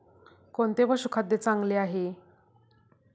कोणते पशुखाद्य चांगले आहे?